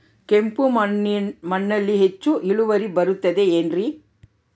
ಕೆಂಪು ಮಣ್ಣಲ್ಲಿ ಹೆಚ್ಚು ಇಳುವರಿ ಬರುತ್ತದೆ ಏನ್ರಿ?